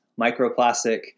microplastic